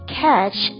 catch